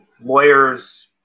lawyers